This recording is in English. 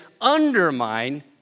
undermine